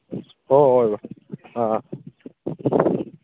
ꯍꯣꯏ ꯍꯣꯏ ꯍꯣꯏ ꯕ꯭ꯔꯣ ꯑꯥ ꯑꯥ